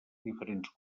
diferents